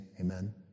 Amen